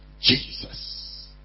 Jesus